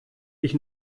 ich